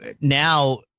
now